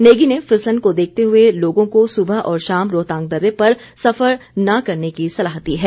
नेगी ने फिसलन को देखते हुए लोगों को सुबह और शाम रोहतांग दर्रे पर सफर न करने की सलाह दी है